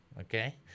okay